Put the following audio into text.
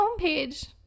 homepage